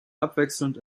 abwechselnd